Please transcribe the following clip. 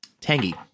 tangy